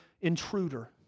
intruder